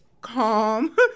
calm